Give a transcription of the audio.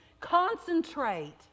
Concentrate